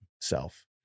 self